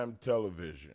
television